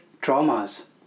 traumas